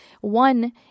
one